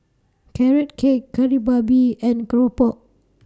Carrot Cake Kari Babi and Keropok